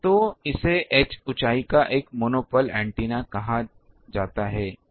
तो इसे h ऊँचाई का एक मोनोपोल एंटेना कहा जाता है